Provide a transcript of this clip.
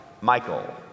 Michael